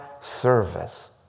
service